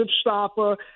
stopper